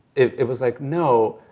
it was like no,